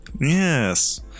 Yes